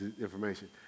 information